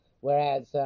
whereas